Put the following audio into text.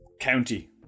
county